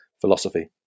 philosophy